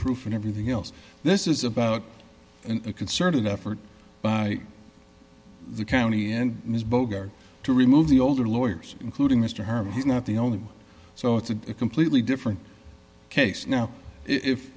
proof and everything else this is about a concerted effort by the county and ms bogart to remove the older lawyers including mr herman he's not the only one so it's a completely different case now if